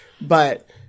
But-